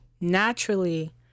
naturally